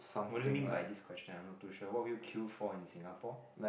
what do you mean by this question I'm not too sure what would you queue for in Singapore